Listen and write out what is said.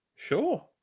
Sure